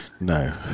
no